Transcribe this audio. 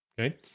Okay